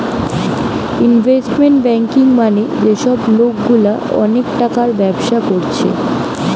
investment banking মানে যে সব লোকগুলা অনেক অনেক টাকার ব্যবসা কোরছে